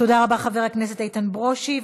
תודה רבה, חבר הכנסת איתן ברושי.